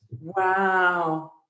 Wow